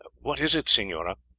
what is it, signora?